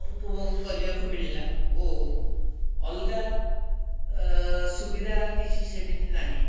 ଉପଭୋଗ କରିବାକୁ ମିଳିଲା ଓ ଅଲଗା ସୁବିଧା କିଛି ସେମିତି ନାହିଁ